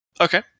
okay